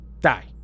die